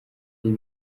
ari